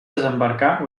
desembarcar